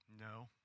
No